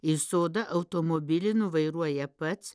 į sodą automobilį nuvairuoja pats